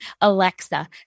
alexa